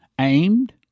aimed